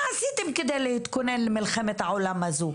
מה עשיתם כדי להתכונן למלחמת העולם הזו?